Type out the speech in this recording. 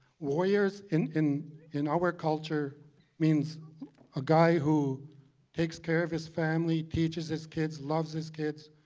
warriors in in in our culture means a guy who takes care of his family, teaches his kids, loves his kids,